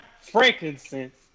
frankincense